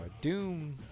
doom